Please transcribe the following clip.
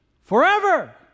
forever